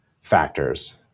factors